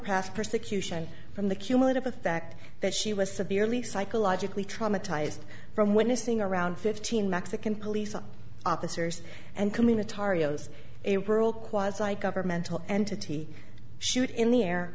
past persecution from the cumulative effect that she was severely psychologically traumatized from witnessing around fifteen mexican police officers and communitarians april quas i governmental entity shoot in the air